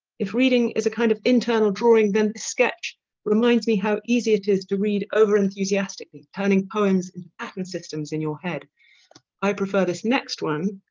if reading is a kind of internal drawing then this sketch reminds me how easy it is to read over enthusiastically turning poems and pattern systems in your head i prefer this next one